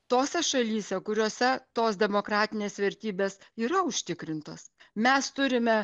tose šalyse kuriose tos demokratinės vertybės yra užtikrintos mes turime